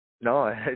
No